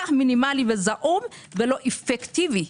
כה מינימלי וזעום ולא אפקטיבי,